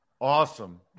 Awesome